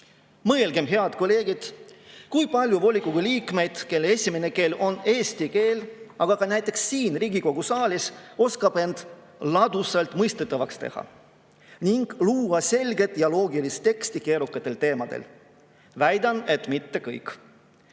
Mõelgem, head kolleegid, kui palju volikogu liikmeid, kelle esimene keel on eesti keel, aga ka näiteks [inimesi] siin Riigikogu saalis oskab end ladusalt mõistetavaks teha ning luua selget ja loogilist teksti keerukatel teemadel. Väidan, et mitte kõik.